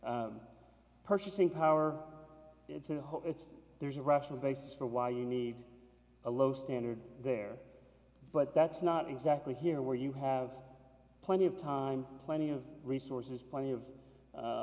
purchasing power it's a whole it's there's a rational basis for why you need a low standard there but that's not exactly here where you have plenty of time plenty of resources plenty of